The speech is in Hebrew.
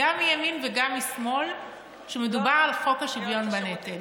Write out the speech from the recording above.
גם מימין וגם משמאל כשמדובר על חוק השוויון בנטל.